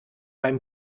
beim